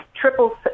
triple